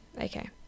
okay